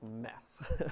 mess